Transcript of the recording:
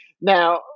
Now